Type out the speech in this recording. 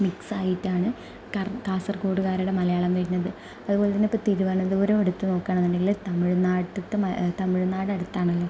മിക്സ്സായിറ്റാണ് കർ കാസർകോട്ടുകാരുടെ മലയാളം വരുന്നത് അതുപോലെ തന്നെ ഇപ്പം തിരുവനന്തപുരം എടുത്തു നോക്കുകയാണെന്നുണ്ടെങ്കിൽ തമിഴ് നാട്ടിലെ തമിഴ്നാട് അടുത്താണല്ലൊ